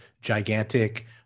gigantic